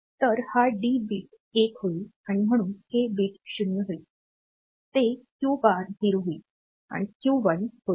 तर हा D bit 1 होईल आणि म्हणून हे बिट 0 होईल ते क्यू बार 0 होईल आणि Q 1 होईल